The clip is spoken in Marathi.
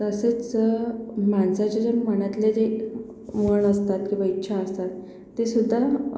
तसेच माणसाचे जे मनातले जे मन असतात किंवा इच्छा असतात तेसुद्धा